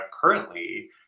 currently